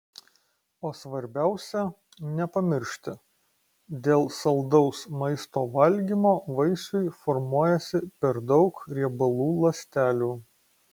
o svarbiausia nepamiršti dėl saldaus maisto valgymo vaisiui formuojasi per daug riebalų ląstelių